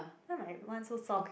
not my one so soft